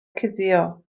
cuddio